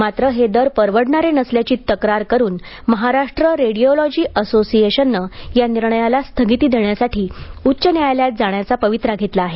मात्र हे दर परवडणारे नसल्याची तक्रार करून महाराष्ट्र रेडिओलॉजी असोसिएशनने या निर्णयाला स्थगिती देण्यासाठी उच्च न्यायालयात जाण्याचा पवित्रा घेतला आहे